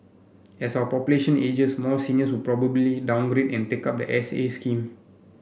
as our population ages more seniors would probably downgrade and take up the S A scheme